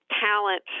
talent